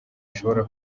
ishobora